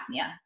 apnea